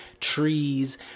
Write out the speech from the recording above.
trees